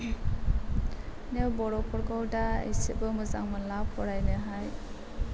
बिदिनो बर'फोरखौ दा इसेबो मोजां मोनला फरायनोहाय